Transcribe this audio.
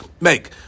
make